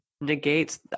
negates